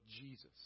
Jesus